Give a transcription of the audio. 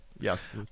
Yes